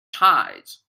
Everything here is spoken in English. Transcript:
tides